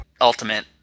Ultimate